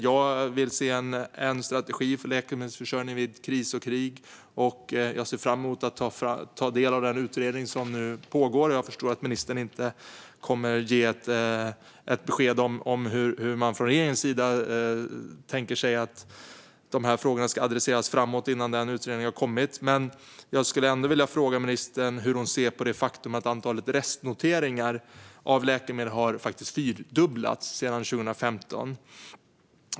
Jag vill se en strategi för läkemedelsförsörjningen vid kris och krig. Jag ser fram emot att ta del av den utredning som nu pågår. Jag förstår att ministern inte kommer att ge ett besked om hur man från regeringens sida tänker sig att dessa frågor ska adresseras framåt innan den utredningen har kommit. Jag skulle ändå vilja fråga ministern hur hon ser på det faktum att antalet restnoteringar av läkemedel har fyrdubblats sedan 2015.